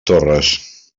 torres